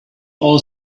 all